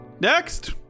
Next